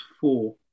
four